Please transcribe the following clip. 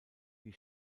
die